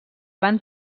van